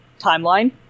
timeline